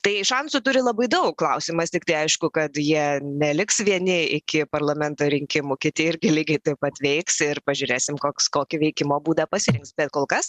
tai šansų turi labai daug klausimas tiktai aišku kad jie neliks vieni iki parlamento rinkimų kiti irgi lygiai taip pat veiks ir pažiūrėsim koks kokį veikimo būdą pasirinks bet kol kas